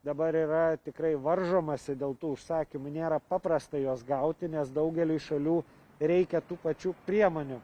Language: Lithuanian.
dabar yra tikrai varžomasi dėl tų užsakymų nėra paprasta juos gauti nes daugeliui šalių reikia tų pačių priemonių